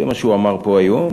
זה מה שהוא אמר פה היום.